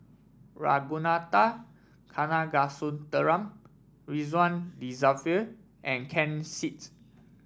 Ragunathar Kanagasuntheram Ridzwan Dzafir and Ken Seet